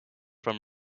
from